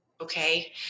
Okay